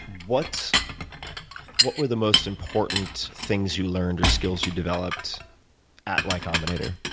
what what were the most important things you learned or skills you developed at y combinator?